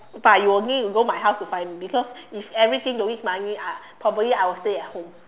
but you will mean you go my house to find me because if everything don't need money I probably I will stay at home